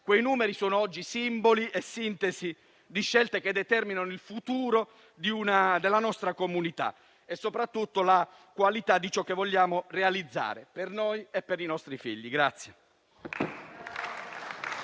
ma sono simbolo e sintesi di scelte che determinano il futuro della nostra comunità e soprattutto la qualità di ciò che vogliamo realizzare per noi e per i nostri figli.